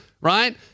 right